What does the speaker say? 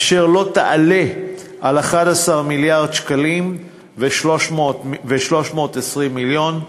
אשר לא תעלה על 11 מיליארד שקלים ו-320 מיליון.